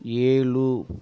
ஏழு